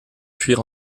fuir